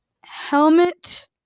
helmet